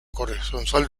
corresponsal